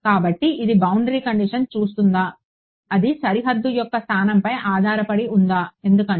కాబట్టి ఇది బౌండరీ కండిషన్ని చూస్తుందా అది సరిహద్దు యొక్క స్థానంపై ఆధారపడి ఉందా ఎందుకంటే